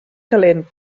calent